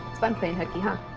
fun playing hooky, huh?